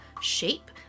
shape